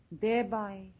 thereby